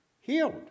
healed